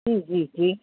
जी जी जी